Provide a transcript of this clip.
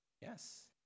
Yes